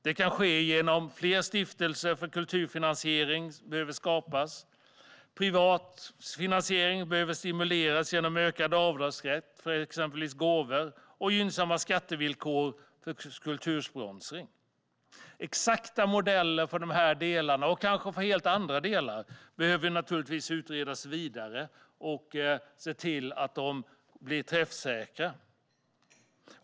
Det kan ske genom fler stiftelser för kulturfinansiering, något som behöver skapas. Privat finansiering behöver stimuleras genom ökad avdragsrätt för exempelvis gåvor och genom gynnsamma skattevillkor för kultursponsring. Exakta modeller för de här delarna och kanske också för helt andra delar behöver naturligtvis utredas vidare, så att man ser till att de blir träffsäkra.